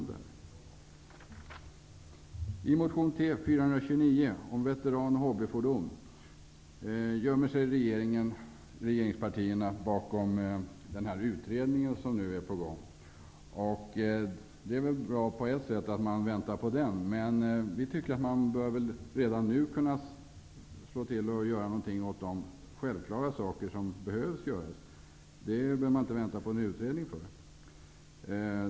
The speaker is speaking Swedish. När det gäller den fråga som tagits upp i motion T429, om veteran och hobbyfordon, gömmer sig regeringspartierna bakom utredningen som nu är på gång. Det är väl bra på ett sätt att vänta på den, men vi tycker att man redan nu bör kunna slå till och göra de självklara saker som behöver göras. Det är inte nödvändigt att vänta på en utredning för det.